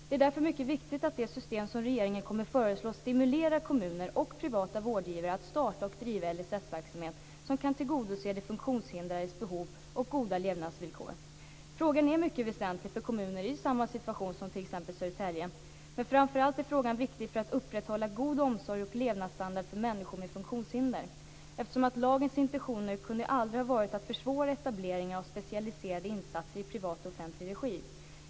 Det är därför mycket viktigt att det system som regeringen kommer att föreslå stimulerar kommuner och privata vårdgivare att starta och driva LSS-verksamhet som kan tillgodose de funktionshindrades behov och ge dem goda levnadsvillkor. Frågan är mycket väsentlig för kommuner i samma situation som t.ex. Södertälje. Men framför allt är frågan viktig för att upprätthålla en god omsorg och levnadsstandard för människor med funktionshinder. Lagens intentioner kan aldrig ha varit att försvåra etableringen av specialiserade insatser i privat och offentlig regi.